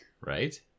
right